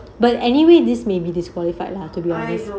but anyway this may be disqualified lah to be honest